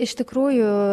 iš tikrųjų